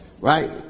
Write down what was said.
right